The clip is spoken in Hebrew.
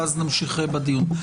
ואז נמשיך בדיון.